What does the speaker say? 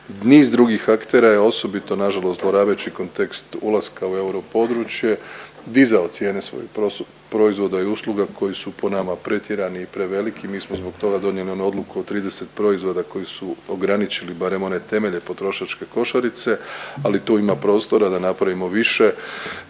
niz drugih aktera je osobito nažalost zlorabeći kontekst ulaska u europodručje dizao cijene svojih proizvoda i usluga koji su po nama pretjerani i preveliki. Mi smo zbog toga donijeli onu odluku o 30 proizvoda koji su ograničili barem one temelje potrošačke košarice ali tu ima prostora da napravimo više